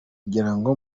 kugirango